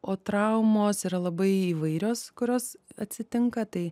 o traumos yra labai įvairios kurios atsitinka tai